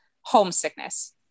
homesickness